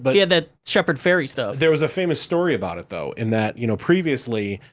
but yeah that shepard fairey stuff. there was a famous story about it though, in that, you know, previously,